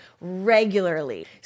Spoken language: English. regularly